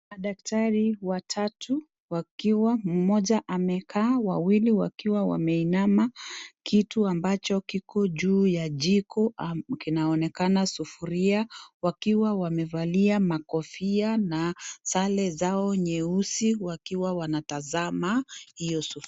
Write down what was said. Madaktari watatu wakiwa mmoja amekaa, wawili wakiwa wameinama, kitu ambacho kiko juu ya jiko kinaonekana sufuria wakiwa wamevalia makofia na sare zao nyeusi wakiwa wanatazama hiyo sufuria.